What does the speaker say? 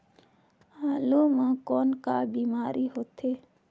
आलू म कौन का बीमारी होथे?